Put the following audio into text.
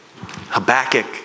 Habakkuk